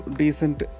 decent